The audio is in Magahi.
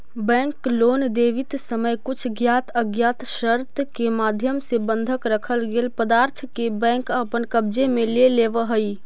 बैंक लोन देवित समय कुछ ज्ञात अज्ञात शर्त के माध्यम से बंधक रखल गेल पदार्थ के बैंक अपन कब्जे में ले लेवऽ हइ